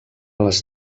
les